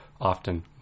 often